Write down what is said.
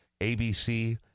abc